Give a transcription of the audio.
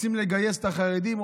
רוצים לגייס את החרדים,